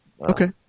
Okay